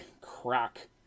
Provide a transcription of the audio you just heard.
crack